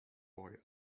boy